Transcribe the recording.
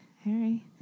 Harry